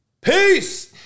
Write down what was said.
Peace